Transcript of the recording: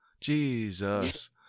Jesus